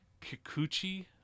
Kikuchi